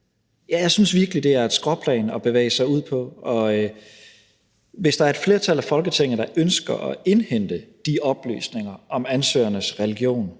Jeg synes virkelig, at det er et skråplan at bevæge sig ud på. Og hvis der er et flertal i Folketinget, der ønsker at indhente de oplysninger om ansøgernes religion,